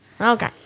Okay